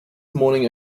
morning